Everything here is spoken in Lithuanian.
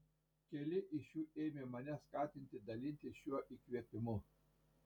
keli iš jų ėmė mane skatinti dalintis šiuo įkvėpimu